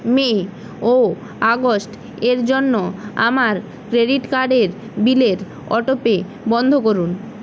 মে ও আগস্ট এর জন্য আমার ক্রেডিট কার্ডের বিলের অটোপে বন্ধ করুন